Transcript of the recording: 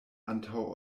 antaŭ